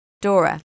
Dora